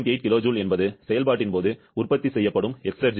8 kJ என்பது செயல்பாட்டின் போது உற்பத்தி செய்யப்படும் எஸ்ர்ஜி